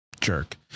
jerk